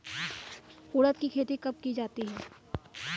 उड़द की खेती कब की जाती है?